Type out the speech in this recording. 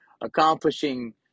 accomplishing